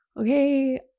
okay